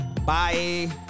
Bye